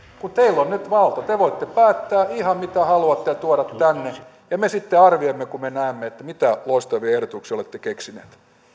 kun teillä on nyt valta te te voitte päättää ihan mitä haluatte ja tuoda tänne ja me sitten arvioimme kun me näemme mitä loistavia ehdotuksia olette keksineet